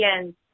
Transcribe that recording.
again